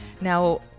Now